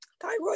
thyroid